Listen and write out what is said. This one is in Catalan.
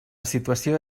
situació